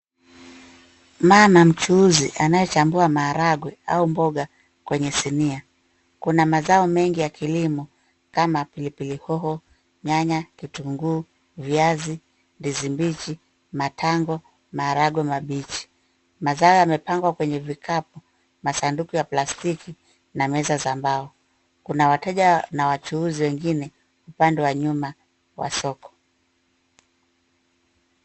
Mama mchuuzi anayechambua maharage au mboga kwenye sinia. Kuna mazao mengi ya kilimo kama pilipili hoho, nyanya, kitunguu, viazi, ndizi mbichi, matango, maharage mabichi. Mazao yamepangwa kwenye vikapu, masanduku ya plastiki na meza za mbao. Kuna wateja na wachuuzi wengine upande wa nyuma wa soko.